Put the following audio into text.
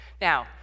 Now